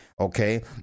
Okay